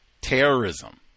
Terrorism